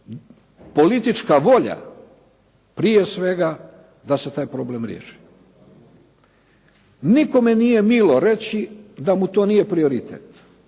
politička volja, prije svega, da se taj problem riješi. Nikome nije milo reći da mu to nije prioritet.